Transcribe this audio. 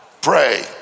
Pray